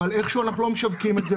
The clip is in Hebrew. אבל איכשהו אנחנו לא משווקים את זה,